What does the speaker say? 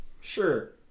Sure